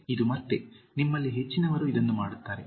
12 ಇದು ಮತ್ತೆ ನಿಮ್ಮಲ್ಲಿ ಹೆಚ್ಚಿನವರು ಇದನ್ನು ಮಾಡುತ್ತಾರೆ